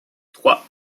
trois